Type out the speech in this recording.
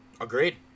Agreed